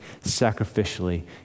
sacrificially